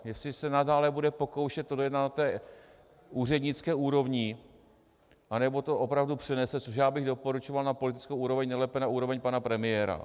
Jestli se nadále bude pokoušet to dojednat na té úřednické úrovni, anebo to opravdu přenese, což já bych doporučoval, na politickou úroveň, nejlépe na úroveň pana premiéra.